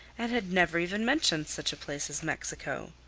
and had never even mentioned such a place as mexico.